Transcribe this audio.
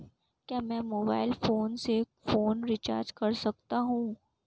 क्या मैं mobile phone से फोन रिचार्ज कर सकता हूं?